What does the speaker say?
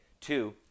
Two